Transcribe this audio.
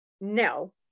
no